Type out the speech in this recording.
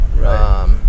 Right